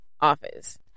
office